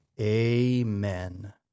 Amen